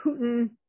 Putin